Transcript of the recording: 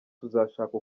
tuzashaka